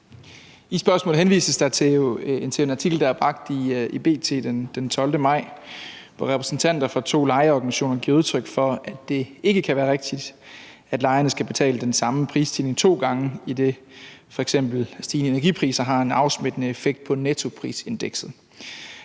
I spørgsmålet henvises der til en artikel, der er bragt i B.T. den 12. maj, hvor repræsentanter for to lejeorganisationer giver udtryk for, at det ikke kan være rigtigt, at lejerne skal betale den samme prisstigning to gange, idet f.eks. stigende energipriser har en afsmittende effekt på nettoprisindekset.